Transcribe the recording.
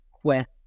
quest